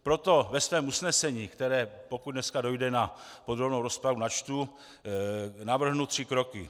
Proto ve svém usnesení, které, pokud dneska dojde na podrobnou rozpravu, načtu, navrhnu tři roky.